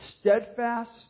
steadfast